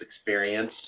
experience